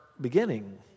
beginning